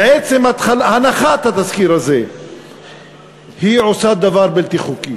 בעצם הנחת התזכיר הזה היא עושה דבר בלתי חוקי.